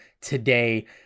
today